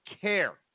care